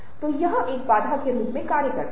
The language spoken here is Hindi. तो यह एक बाधा के रूप में कार्य करता है